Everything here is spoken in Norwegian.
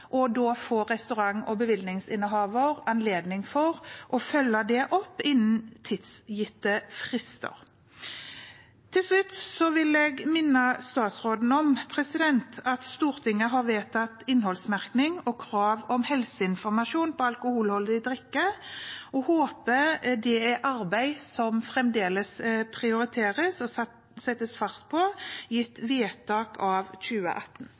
får restaurant- og bevillingsinnehaver anledning til å følge det opp innen gitte tidsfrister. Til slutt vil jeg minne statsråden om at Stortinget har vedtatt innholdsmerking og krav om helseinformasjon på alkoholholdig drikke, og jeg håper det er arbeid som fremdeles prioriteres og settes fart på, gitt vedtak av 2018.